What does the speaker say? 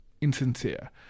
insincere